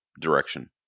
direction